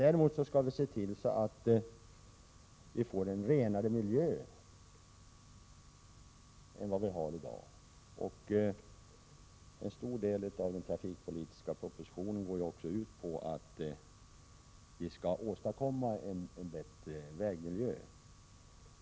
Däremot skall vi se till att vi får en renare miljö än vad vi har i dag. En stor del av den trafikpolitiska propositionen har också ägnats åt uppgiften att åstadkomma en bättre vägmiljö.